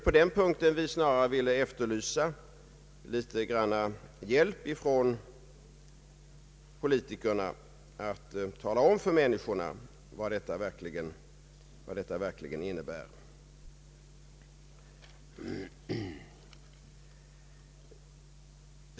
På denna punkt vill vi efterlysa mera hjälp från politikernas sida då det gäller att förklara för allmänheten vad undersökningen verkligen innebär.